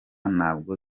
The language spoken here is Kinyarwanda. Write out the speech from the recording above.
ntabwo